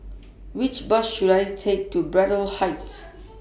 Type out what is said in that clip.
Which Bus should I Take to Braddell Heights